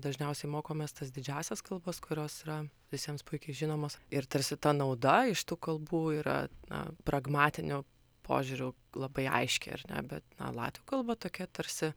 dažniausiai mokomės tas didžiąsias kalbas kurios yra visiems puikiai žinomos ir tarsi ta nauda iš tų kalbų yra na pragmatiniu požiūriu labai aiški ar ne bet latvių kalba tokia tarsi